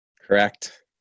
Correct